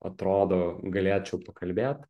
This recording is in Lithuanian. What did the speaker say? atrodo galėčiau pakalbėt